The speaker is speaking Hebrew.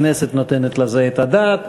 הכנסת נותנת לזה את הדעת,